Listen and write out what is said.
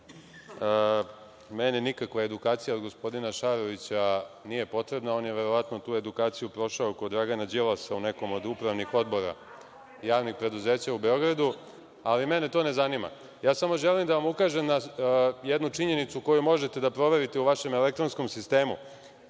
nikakva edukacija od gospodina Šarovića nije potrebna. On je verovatno tu edukaciju prošao kod Dragana Đilasa, u nekom od upravnih odbora javnih preduzeća u Beogradu, ali mene to ne zanima. Samo želim da ukažem na jednu činjenicu koju možete da proverite u vašem elektronskom